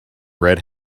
red